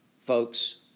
folks